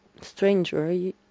stranger